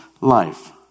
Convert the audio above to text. life